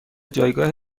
جایگاه